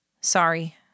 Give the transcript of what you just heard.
Sorry